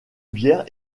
bière